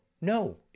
no